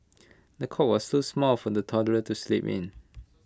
the cot was so small for the toddler to sleep in